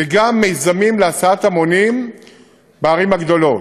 וגם מיזמים להסעת המונים בערים הגדולות,